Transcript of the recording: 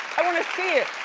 i wanna see it.